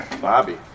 Bobby